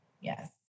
Yes